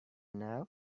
now